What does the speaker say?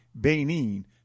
Benin